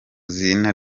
izina